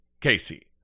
casey